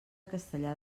castellar